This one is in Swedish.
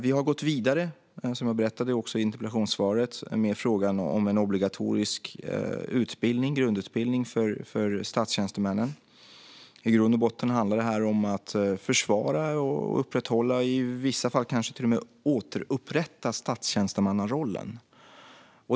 Vi har, som jag också berättade i interpellationssvaret, gått vidare med frågan om en obligatorisk grundutbildning för statstjänstemän. Detta handlar i grund och botten om att försvara, upprätthålla och i vissa fall kanske till och med återupprätta statstjänstemannarollen.